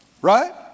right